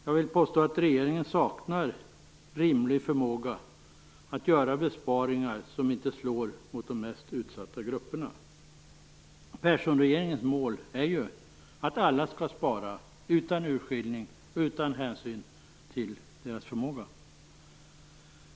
Jag vill påstå att regeringen saknar rimlig förmåga att göra besparingar som inte slår mot de mest utsatta grupperna. Perssonregeringens mål är ju att alla skall spara utan urskiljning och utan hänsyn till förmåga.